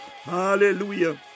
Hallelujah